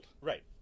Right